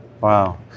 Wow